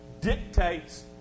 dictates